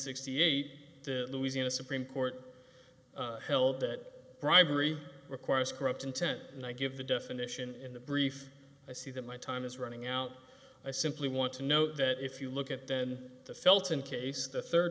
sixty eight louisiana supreme court held that bribery requires corrupt intent and i give the definition in the brief i see that my time is running out i simply want to know that if you look at then the felton case the third